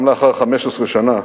גם אחרי 15 שנה